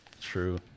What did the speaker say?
True